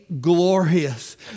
glorious